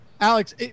Alex